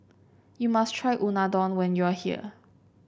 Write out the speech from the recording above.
you must try Unadon when you are here